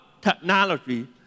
technology